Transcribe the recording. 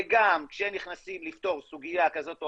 וגם כשנכנסים לפתור סוגיה כזאת או